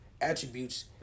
attributes